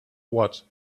what